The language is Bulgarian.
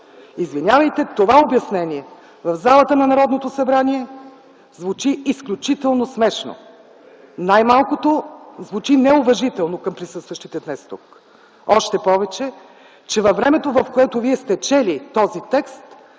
Извинявайте, това обяснение в залата на Народното събрание звучи изключително смешно, най-малкото звучи неуважително към присъстващите днес тук, още повече, че във времето, в което Вие сте чели този текст,